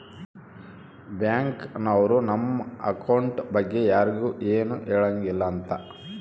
bank ನವ್ರು ನಮ್ account ಬಗ್ಗೆ ಯರ್ಗು ಎನು ಹೆಳಂಗಿಲ್ಲ ಅಂತ